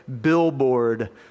billboard